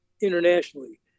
internationally